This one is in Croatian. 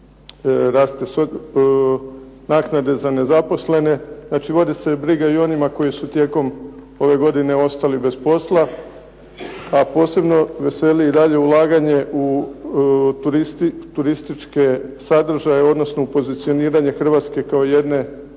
rastu naknade za nezaposlene, znači vodi se briga i o onima koji su tijekom ove godine ostali bez posla, a posebno veseli i dalje ulaganje u turističke sadržaje, odnosno u pozicioniranje Hrvatske kao jedne